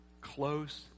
Close